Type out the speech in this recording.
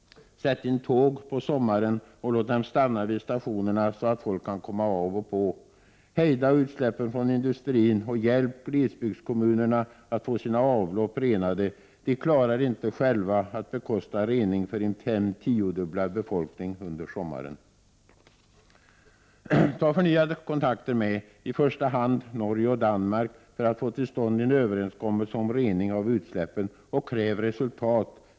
Sätt in tåg på sommaren och låt dem stanna vid stationerna så att folk kan komma av och på. Hejda utsläppen från industrin och hjälp glesbygdskommunerna att få sina avlopp renade. De klarar inte själva att bekosta rening för en fem-tiodubblad befolkning under sommaren. Ta förnyade kontakter med i första hand Norge och Danmark för att få till stånd en överenskommelse om rening av utsläppen. Och kräv resultat.